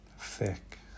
Thick